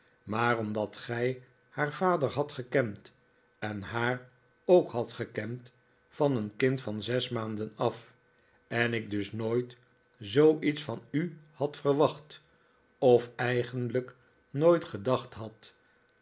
maar omdat gij haar vader hadt gekend en haar ook hadt gekend van een kind van zes maanden af en ik dus nooit zooiets van u had verwacht of eigenlijk nooit gedacht had